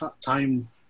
time